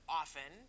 often